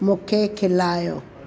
मूंखे खिलायो